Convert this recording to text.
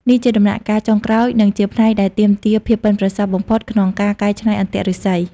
នេះជាដំណាក់កាលចុងក្រោយ និងជាផ្នែកដែលទាមទារភាពប៉ិនប្រសប់បំផុតក្នុងការកែច្នៃអន្ទាក់ឫស្សី។